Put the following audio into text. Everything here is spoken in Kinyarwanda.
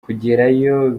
kugerayo